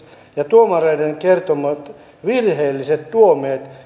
ja ovatko tuomareiden kertomat virheelliset tuomiot